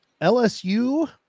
LSU